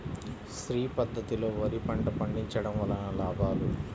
శ్రీ పద్ధతిలో వరి పంట పండించడం వలన లాభాలు?